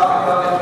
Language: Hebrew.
ואז,